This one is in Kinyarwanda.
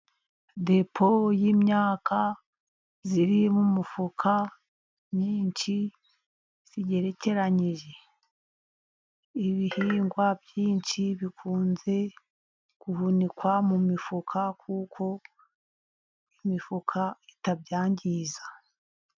Depo y'imyaka iri mu mufuka myinshi igerekeranyije. Ibihingwa byinshi bikunze guhunikwa mu mifuka kuko imifuka itabyangiza.